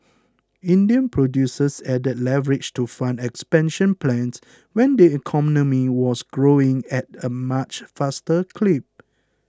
Indian producers added leverage to fund expansion plans when the economy was growing at a much faster clip